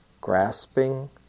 grasping